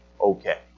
okay